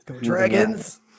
dragons